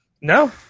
no